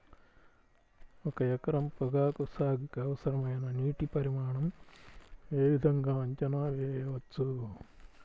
ఒక ఎకరం పొగాకు సాగుకి అవసరమైన నీటి పరిమాణం యే విధంగా అంచనా వేయవచ్చు?